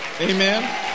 Amen